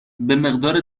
مقدار